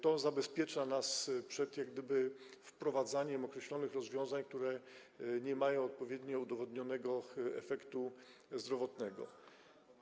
To zabezpiecza nas przed wprowadzaniem określonych rozwiązań, które nie mają odpowiednio udowodnionego efektu zdrowotnego.